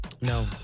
No